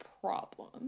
problem